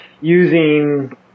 using